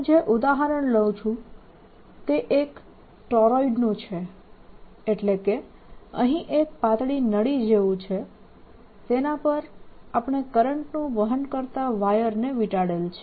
હું જે ઉદાહરણ લેું છું તે એક ટોરોઇડ નું છે એટલે કે અહીં એક પાતળી નળી જેવું છે તેના પર આપણે કરંટનું વહન કરતા વાયરને વીંટાળેલ છે